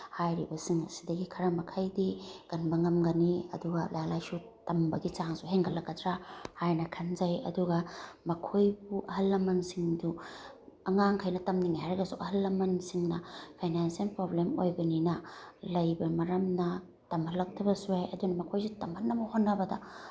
ꯍꯥꯏꯔꯤꯕꯁꯤꯡ ꯑꯁꯤꯗꯒꯤ ꯈꯔ ꯃꯈꯩꯗꯤ ꯀꯟꯕ ꯉꯝꯒꯅꯤ ꯑꯗꯨꯒ ꯂꯥꯏꯔꯤꯛ ꯂꯥꯏꯁꯨ ꯇꯝꯕꯒꯤ ꯆꯥꯡꯁꯨ ꯍꯦꯟꯒꯠꯂꯛꯀꯗ꯭ꯔꯥ ꯍꯥꯏꯅ ꯈꯟꯖꯩ ꯑꯗꯨꯒ ꯃꯈꯣꯏꯕꯨ ꯑꯍꯜ ꯂꯃꯟꯁꯤꯡꯗꯨ ꯑꯉꯥꯡꯈꯩꯅ ꯇꯝꯅꯤꯡꯉꯦ ꯍꯥꯏꯔꯒꯁꯨ ꯑꯍꯜ ꯂꯃꯟꯁꯤꯡꯅ ꯐꯩꯅꯥꯟꯁꯦꯜ ꯄ꯭ꯔꯣꯕ꯭ꯂꯦꯝ ꯑꯣꯏꯕꯅꯤꯅ ꯂꯩꯕ ꯃꯔꯝꯅ ꯇꯝꯍꯜꯂꯛꯇꯕꯁꯨ ꯌꯥꯏ ꯑꯗꯨꯅ ꯃꯈꯣꯏꯁꯦ ꯇꯝꯍꯟꯅꯕ ꯍꯣꯠꯅꯕꯗ